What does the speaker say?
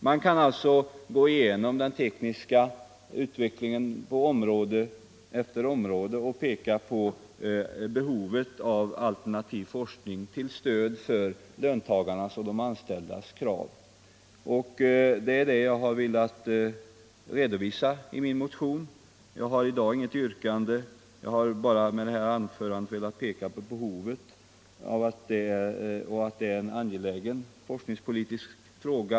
Man kan alltså gå igenom den tekniska utvecklingen på område efter område och peka på behovet av alternativ forskning till stöd för löntagarnas och de anställdas krav. Det är detta jag har velat redovisa i min motion. Jag har i dag inget yrkande, men jag har med mitt anförande velat peka på att detta är en angelägen forskningspolitisk fråga.